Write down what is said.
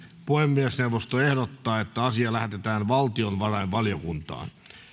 puhemiesneuvosto ehdottaa että asia lähetetään valtiovarainvaliokuntaan